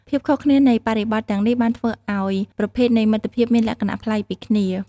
ភាពខុសគ្នានៃបរិបទទាំងនេះបានធ្វើឱ្យប្រភេទនៃមិត្តភាពមានលក្ខណៈប្លែកពីគ្នា។